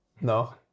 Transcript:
no